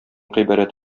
гыйбарәт